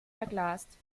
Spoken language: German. verglast